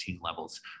levels